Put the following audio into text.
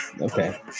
Okay